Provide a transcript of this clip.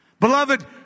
Beloved